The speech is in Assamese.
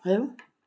হয়